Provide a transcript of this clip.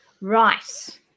Right